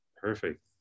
Perfect